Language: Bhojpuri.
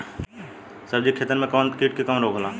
सब्जी के खेतन में कीट से कवन रोग होला?